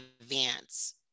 advance